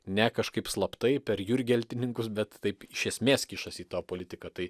ne kažkaip slaptai per jurgeltininkus bet taip iš esmės kišasi į tą politiką tai